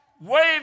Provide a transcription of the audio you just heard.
Wave